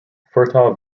fertile